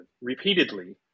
repeatedly